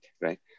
right